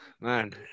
Man